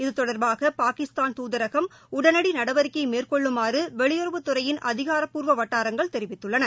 இது தொடர்பாகபாகிஸ்தான் துதரகம் உடனடிநடவடிக்கைமேற்கொள்ளுமாறுவெளியுறவுத்துறையின் ஆதாரப்பூர்வவட்டாரங்கள் தெரிவித்துள்ளன